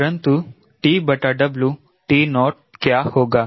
परंतु TO क्या होगा